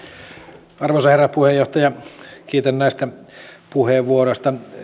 kiitän näistä puheenvuoroista